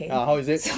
ah how is it